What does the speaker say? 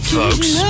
folks